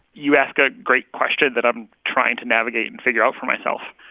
you ask a great question that i'm trying to navigate and figure out for myself.